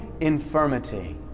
infirmity